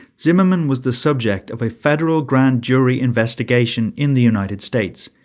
zimmermann was the subject of a federal grand jury investigation in the united states,